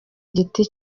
giti